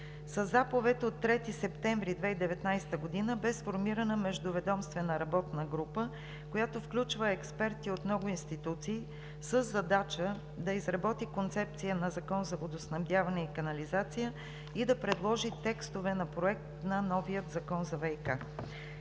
Със Заповед от 3 септември 2019 г. бе сформирана междуведомствена работна група, която включва експерти от много институции, със задача да изработи концепция на Закон за водоснабдяване и канализация и да предложи текстове на проект на новия закон за ВиК.